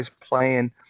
playing